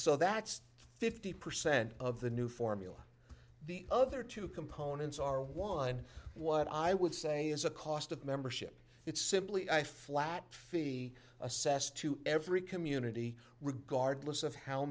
so that's fifty percent of the new formula the other two components are one what i would say is a cost of membership it's simply i flat fee assessed to every community regardless of how